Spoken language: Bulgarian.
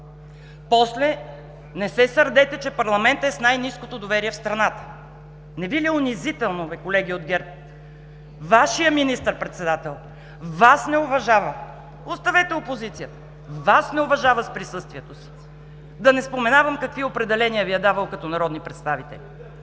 После не се сърдете, че парламентът е с най-ниското доверие в страната. Не Ви ли е унизително, бе, колеги от ГЕРБ, Вашият министър-председател Вас не уважава? Оставете опозицията, Вас не уважава с присъствието си! Да не споменавам какви определения Ви е давал като народни представители.